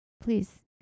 please